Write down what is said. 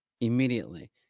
immediately